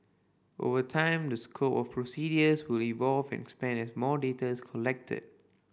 over time the scope of procedures will evolve and expand as more data is collected